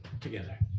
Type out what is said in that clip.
together